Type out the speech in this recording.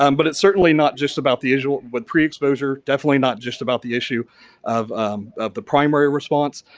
um but, it's certainly not just about the usual, with pre-exposure definitely not just about the issue of of the primary response.